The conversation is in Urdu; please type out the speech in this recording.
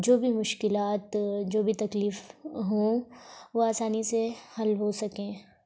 جو مشکلات جو بھی تکلیف ہوں وہ آسانی سے حل ہو سکیں